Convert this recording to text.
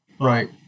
Right